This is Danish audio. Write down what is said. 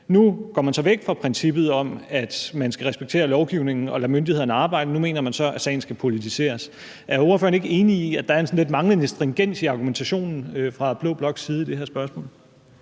Nu går man så væk fra princippet om, at man skal respektere lovgivningen og lade myndighederne arbejde. Nu mener man så, at sagen skal politiseres. Er ordføreren ikke enig i, at der sådan er en lidt manglende stringens i argumentationen fra blå bloks side